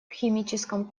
химическом